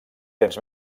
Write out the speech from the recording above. temps